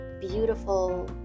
beautiful